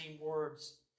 words